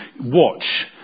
watch